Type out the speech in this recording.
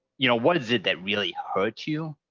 you know, what is it that really hurt you?